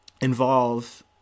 involve